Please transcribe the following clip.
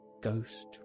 ghost